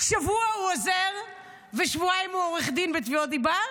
שבוע הוא עוזר ושבועיים הוא עורך דין בתביעות דיבה?